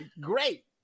Great